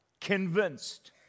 convinced